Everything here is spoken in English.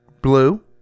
Blue